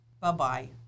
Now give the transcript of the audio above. Bye-bye